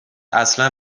اصلا